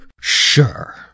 Sure